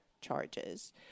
charges